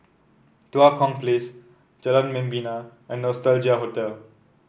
Tua Kong Place Jalan Membina and Nostalgia Hotel